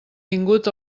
vingut